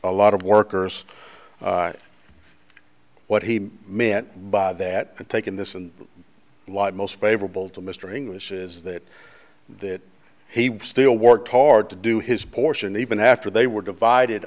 a lot of workers what he meant by that taken this in the light most favorable to mr english is that that he still worked hard to do his portion even after they were divided